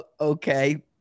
Okay